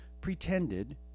pretended